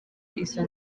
izo